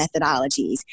methodologies